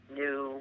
new